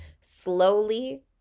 slowly